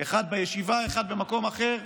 אחד בישיבה, אחד במקום אחר,